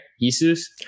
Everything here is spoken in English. Jesus